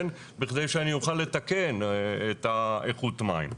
בכדי שאני אוכל לתקן את איכות המים.